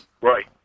Right